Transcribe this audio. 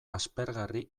aspergarri